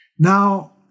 Now